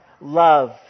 love